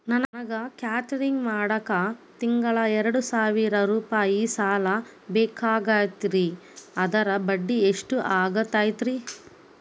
ನನಗ ಕೇಟರಿಂಗ್ ಮಾಡಾಕ್ ತಿಂಗಳಾ ಎರಡು ಸಾವಿರ ರೂಪಾಯಿ ಸಾಲ ಬೇಕಾಗೈತರಿ ಅದರ ಬಡ್ಡಿ ಎಷ್ಟ ಆಗತೈತ್ರಿ?